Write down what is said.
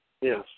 Yes